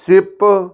sip